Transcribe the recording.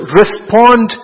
respond